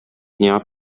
dnia